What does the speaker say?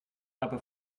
aber